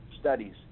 studies